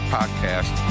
Podcast